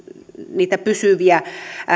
niitä pysyviä